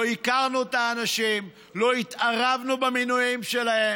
לא הכרנו את האנשים, לא התערבנו במינויים שלהם.